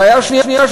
בעיה שנייה,